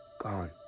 Gone